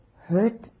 hurt